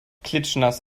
klitschnass